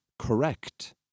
Correct